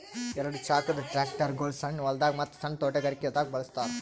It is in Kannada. ಎರಡ ಚಾಕದ್ ಟ್ರ್ಯಾಕ್ಟರ್ಗೊಳ್ ಸಣ್ಣ್ ಹೊಲ್ದಾಗ ಮತ್ತ್ ಸಣ್ಣ್ ತೊಟಗಾರಿಕೆ ದಾಗ್ ಬಳಸ್ತಾರ್